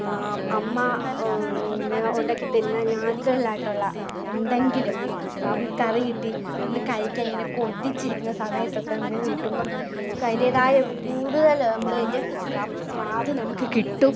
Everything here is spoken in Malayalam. അമ്മ ഇങ്ങനെ ഉണ്ടാക്കിത്തരുന്ന നാച്ച്രാലായിട്ടുള്ള എന്തെങ്കിലും ഒരു കറി കിട്ടി നമ്മൾ കഴിക്കാൻ ഇങ്ങനെ കൊതിച്ചിരിക്കുന്ന സമയത്തൊക്കെ നമുക്ക് കിട്ടുമ്പം അതിൻ്റേതായ കൂടുതൽ നമ്മൾ അതിന്റെ സ്വാദ് നമുക്ക് കിട്ടും